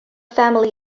family